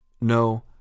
No